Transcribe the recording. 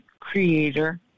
creator